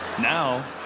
Now